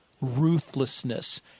ruthlessness